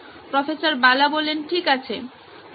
professor Bala ঠিক আছে